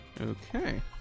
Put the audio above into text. Okay